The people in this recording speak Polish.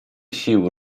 sił